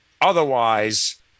Otherwise